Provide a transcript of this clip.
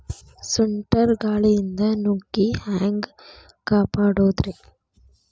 ಸುಂಟರ್ ಗಾಳಿಯಿಂದ ನುಗ್ಗಿ ಹ್ಯಾಂಗ ಕಾಪಡೊದ್ರೇ?